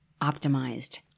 optimized